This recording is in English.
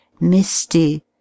misty